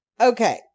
Okay